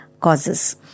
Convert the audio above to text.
causes